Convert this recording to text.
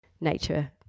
nature